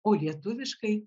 o lietuviškai